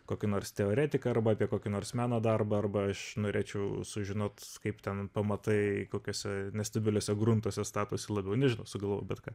kokį nors teoretiką arba apie kokį nors meno darbą arba aš norėčiau sužinot kaip ten pamatai kokiuose nestabiliuose gruntuose statosi labiau nežinau sugalvojau bet ką